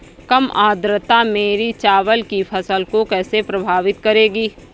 कम आर्द्रता मेरी चावल की फसल को कैसे प्रभावित करेगी?